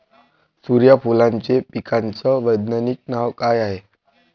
सुर्यफूलाच्या पिकाचं वैज्ञानिक नाव काय हाये?